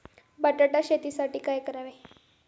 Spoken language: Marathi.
बटाटा शेतीसाठी काय करावे?